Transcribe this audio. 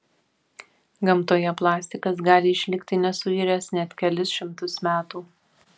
gamtoje plastikas gali išlikti nesuiręs net kelis šimtus metų